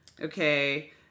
Okay